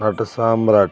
నట సామ్రాట్